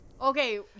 Okay